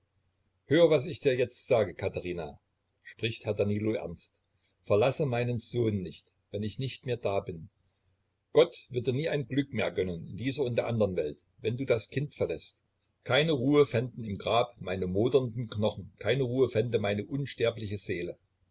hör was ich dir jetzt sage katherina spricht herr danilo ernst verlasse meinen sohn nicht wenn ich nicht mehr da bin gott wird dir nie ein glück mehr gönnen in dieser und der andern welt wenn du das kind verläßt keine ruhe fänden im grab meine modernden knochen keine ruhe fände meine unsterbliche seele